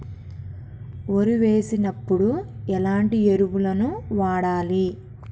వరి వేసినప్పుడు ఎలాంటి ఎరువులను వాడాలి?